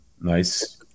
Nice